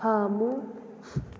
ꯐꯝꯃꯨ